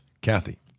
Kathy